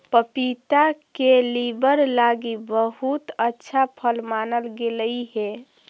पपीता के लीवर लागी बहुत अच्छा फल मानल गेलई हे